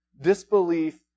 Disbelief